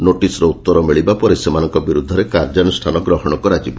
ନୋଟିସ୍ର ଉତର ମିଳିବା ପରେ ସେମାନଙ୍କ ବିରୁଦ୍ଧରେ କାର୍ଯ୍ୟାନୁଷାନ ଗ୍ରହଣ କରାଯିବ